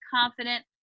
confident